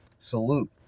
Salute